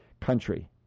country